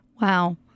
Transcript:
Wow